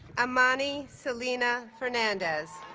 amanni selennah fernandez